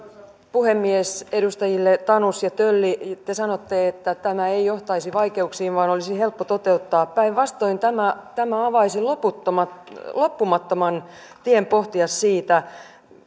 puhemies edustajille tanus ja tölli te sanoitte että tämä ei johtaisi vaikeuksiin vaan olisi helppo toteuttaa päinvastoin tämä tämä avaisi loppumattoman loppumattoman tien pohtia sitä